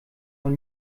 noch